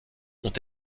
ont